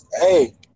Hey